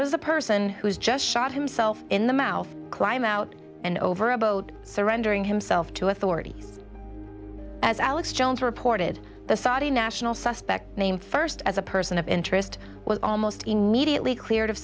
does a person who's just shot himself in the mouth climb out and over a boat surrendering himself to authorities as alex jones reported the saudi national suspect named first as a person of interest was almost immediately cleared of